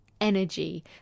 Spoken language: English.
energy